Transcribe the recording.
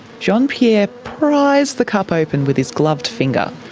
jean-pierre prized the cover open with his gloved finger.